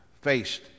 faced